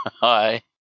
Hi